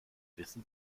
wissen